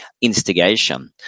instigation